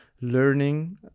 learning